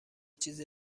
چیز